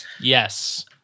Yes